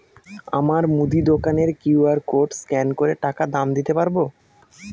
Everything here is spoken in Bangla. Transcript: আমার মুদি দোকানের কিউ.আর কোড স্ক্যান করে টাকা দাম দিতে পারব?